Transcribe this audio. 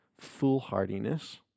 foolhardiness